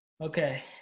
Okay